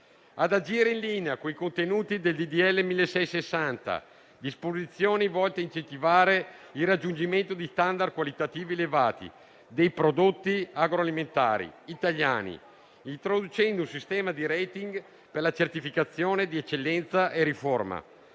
ad agire in linea con i contenuti del disegno di legge n. 1060, recante disposizioni volte a incentivare il raggiungimento di *standard* qualitativi elevati dei prodotti agroalimentari italiani, introducendo un sistema di *rating* per la certificazione di eccellenza e riforma